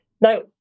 Now